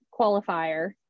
qualifier